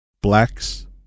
Blacks